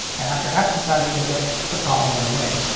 and after exercising it a bit the problem went away.